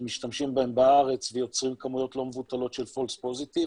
שמשתמשים בהם בארץ ויוצרים בהם כמויות לא מבוטלות של false positive,